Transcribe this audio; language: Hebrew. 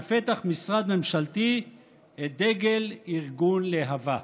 בפתח משרד ממשלתי את דגל ארגון להב"ה?